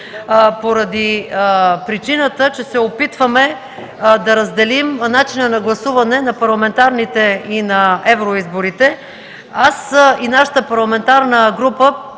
поради причината, че се опитваме да разделим начина на гласуване на парламентарните и на евроизборите. Аз и нашата парламентарна група